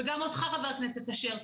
וגם אותך חה"כ אשר.